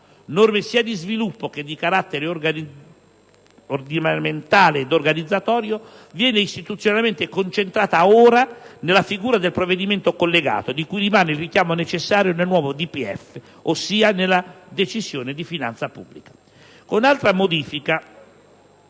(norme sia di sviluppo che di carattere ordinamentale e organizzatorio) viene istituzionalmente concentrata ora nella figura del provvedimento collegato, di cui rimane il richiamo necessario nel nuovo DPEF, ossia nella Decisione di finanza pubblica.